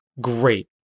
great